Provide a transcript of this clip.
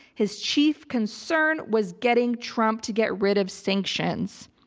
his chief concern was getting trump to get rid of sanctions,